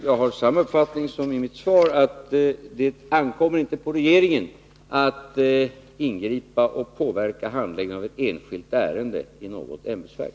Jag har uppfattningen, vilket också framgår av mitt svar, att det inte ankommer på regeringen att ingripa och påverka handläggningen av ett enskilt ärende i något ämbetsverk.